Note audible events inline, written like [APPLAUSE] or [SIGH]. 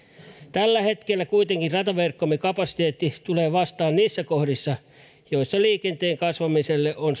tällä hetkellä kuitenkin rataverkkomme kapasiteetti tulee vastaan niissä kohdissa joissa liikenteen kasvattamiselle on [UNINTELLIGIBLE]